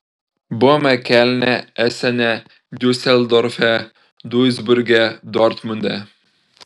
buvome kelne esene diuseldorfe duisburge dortmunde